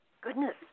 Goodness